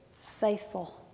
faithful